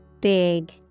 Big